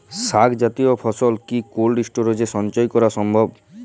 শাক জাতীয় ফসল কি কোল্ড স্টোরেজে সঞ্চয় করা সম্ভব?